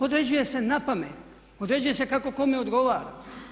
Određuje se napamet, određuje se kako kome odgovara.